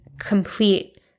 complete